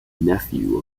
nephew